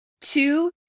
Two